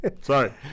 Sorry